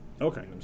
Okay